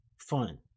fun